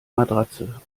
matratze